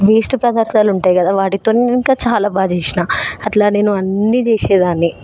waste పదార్థాలు ఉంటాయి కదా వాటితోని ఇంకా చాలా బాగా చేసిన అట్లా నేను అన్ని చేసేదాన్ని